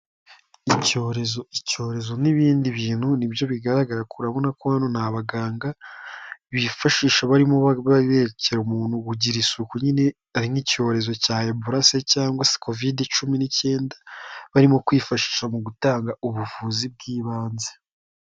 Icyorezo, icyorezo n'ibindi bintu ni byo bigaragara kuko urabona ko hano ni abaganga bifashisha barimo berekera umuntu kugira isuku nyine, ari nk'icyorezo cya EBOLA se cyangwa se COVID cumi n'icyenda barimo kwifashisha mu gutanga ubuvuzi bw'ibanze.